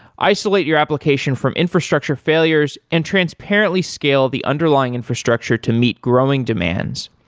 isolate your application from infrastructure failures and transparently scale the underlying infrastructure to meet growing demands,